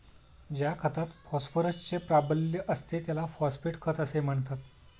ज्या खतात फॉस्फरसचे प्राबल्य असते त्याला फॉस्फेट खत असे म्हणतात